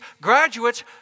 graduates